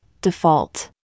Default